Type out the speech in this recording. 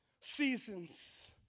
seasons